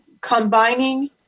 combining